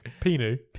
Pinu